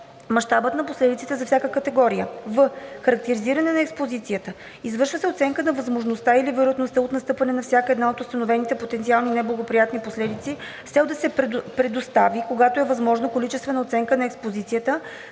мащабът на последиците за всяка категория. в) характеризиране на експозицията: Извършва се оценка на възможността или вероятността от настъпване на всяка една от установените потенциални неблагоприятни последици с цел да се предостави, когато е възможно, количествена оценка на експозицията